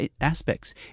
aspects